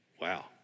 Wow